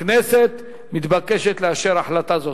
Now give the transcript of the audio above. הכנסת מתבקשת לאשר החלטה זו.